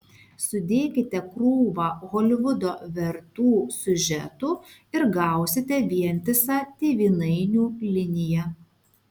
sudėkite krūvą holivudo vertų siužetų ir gausite vientisą tėvynainių liniją